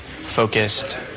focused